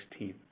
16